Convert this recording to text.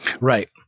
Right